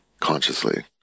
consciously